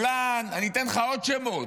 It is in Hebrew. גולן, אני אתן לך עוד שמות,